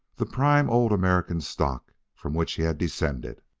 the prime old american stock from which he had descended,